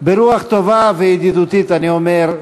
ברוח טובה וידידותית אני אומר,